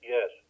Yes